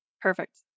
Perfect